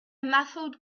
muffled